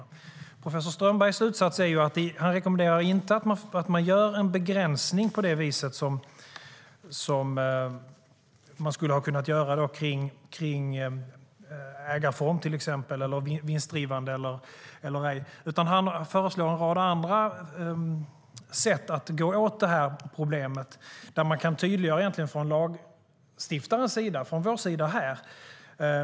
I professor Strömbergs slutsats rekommenderar han inte att man gör en begränsning på det vis som man skulle ha kunnat göra när det gäller till exempel ägarform och om det ska vara vinstdrivande eller ej. Han föreslår i stället en rad andra sätt att komma åt problemet, där man egentligen kan tydliggöra det hela från lagstiftarens - vår - sida.